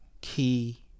key